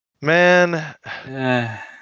man